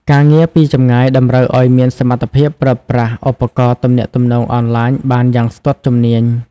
ការងារពីចម្ងាយតម្រូវឱ្យមានសមត្ថភាពប្រើប្រាស់ឧបករណ៍ទំនាក់ទំនងអនឡាញបានយ៉ាងស្ទាត់ជំនាញ។